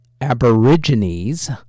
Aborigines